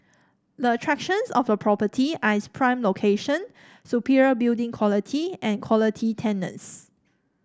the attractions of the property are its prime location superior building quality and quality tenants